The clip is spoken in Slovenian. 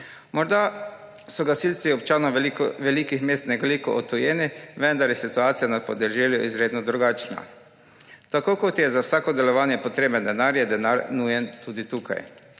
Morda so gasilci občanom velikih mest nekoliko odtujeni, vendar je situacija na podeželju zelo drugačna. Tako kot je za vsako delovanje potreben denar, je denar nujen tudi tukaj.